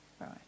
Right